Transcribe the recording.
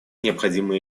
необходимые